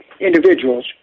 individuals